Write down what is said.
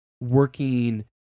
working